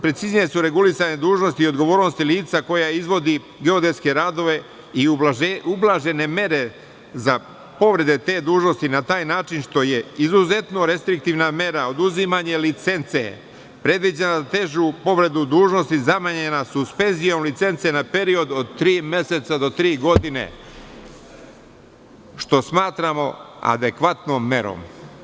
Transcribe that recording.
Preciznije su regulisane dužnosti i odgovornosti lica koje izvodi geodetske radove i ublažene mere za povrede te dužnosti, na taj način što je izuzetno restriktivna mera oduzimanje licence, predviđa težu povredu dužnosti, zamenjena su suspenzijom licence na period od tri meseca do tri godine, što smatramo adekvatnom merom.